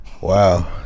Wow